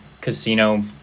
casino